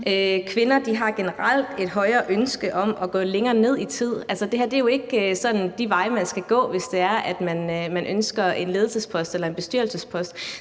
kvinder har generelt et højere ønske om at gå længere ned i tid. Det her er jo ikke de veje, man skal gå, hvis det er sådan, at man ønsker en ledelsespost eller en bestyrelsespost.